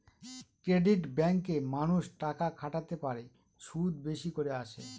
credit ব্যাঙ্কে মানুষ টাকা খাটাতে পারে, সুদ বেশি করে আসে